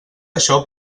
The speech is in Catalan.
això